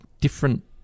different